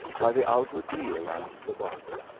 by the alguazil and the barber.